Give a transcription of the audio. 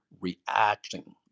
reacting